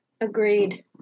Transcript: Agreed